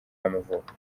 y’amavuko